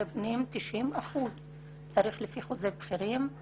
פנים צריך לקבל 90 אחוזים לפי חוזה בכירים,